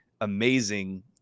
amazing